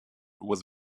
was